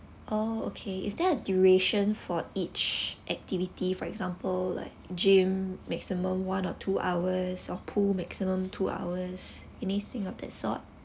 oh okay is there a duration for each activity for example like gym maximum one or two hours or pool maximum two hours anything of that sort